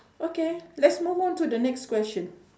okay lets move on to the next question